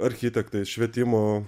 architektais švietimo